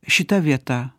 šita vieta